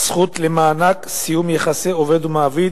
(הזכות למענק סיום יחסי עובד ומעביד),